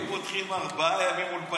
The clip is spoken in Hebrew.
היו פותחות אולפנים ארבעה ימים.